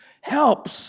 Helps